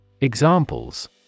Examples